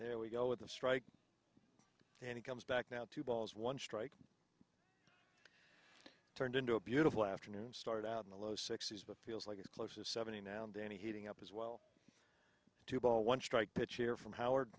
there we go with the strike and it comes back now two balls one strike turned into a beautiful afternoon started out in the low sixty's but feels like it's closer seventy now and any heating up as well to ball one strike pitch here from howard